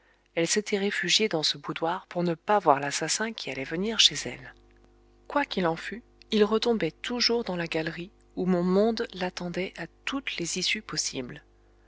elle s'était réfugiée dans ce boudoir pour ne pas voir l'assassin qui allait venir chez elle quoi qu'il en fût il retombait toujours dans la galerie où mon monde l'attendait à toutes les issues possibles